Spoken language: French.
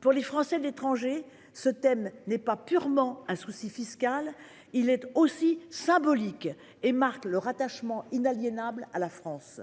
Pour les Français de l'étranger, ce sujet n'est pas purement un problème fiscal : il est aussi symbolique et marque leur attachement inaliénable à la France.